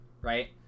right